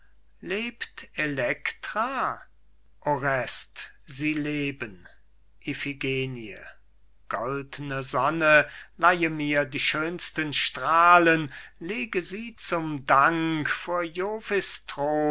lebt elektra orest sie leben iphigenie goldne sonne leihe mir die schönsten strahlen lege sie zum dank vor